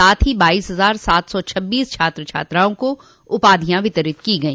साथ ही बाईस हजार सात सौ छब्बीस छात्र छात्राओं को उपाधियां वितरित की गई